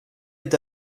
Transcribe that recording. est